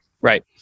right